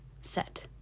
set